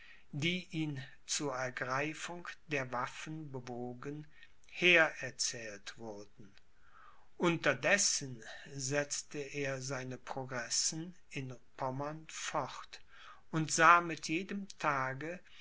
die ihn zur ergreifung der waffen bewogen hererzählt wurden unterdessen setzte er seine progressen in pommern fort und sah mit jedem tage